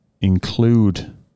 include